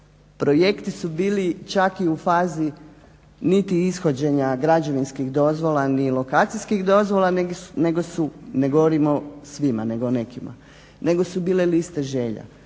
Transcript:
Projekti su bili čak i u fazi, niti ishođenja građevinskih dozvola, ni lokacijskih dozvola, nego su, ne govorim o svima nego nekima, nego su bile liste želja.